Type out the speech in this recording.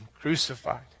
crucified